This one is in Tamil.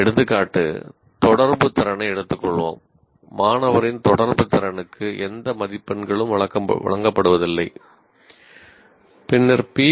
எடுத்துக்காட்டு தொடர்பு திறனை எடுத்துக் கொள்வோம் மாணவரின் தொடர்பு திறனுக்கு எந்த மதிப்பெண்களும் வழங்கப்படுவதில்லை பின்னர் பி